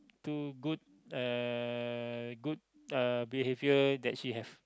too good uh good uh behavior that she have